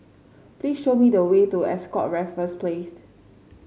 please show me the way to Ascott Raffles Place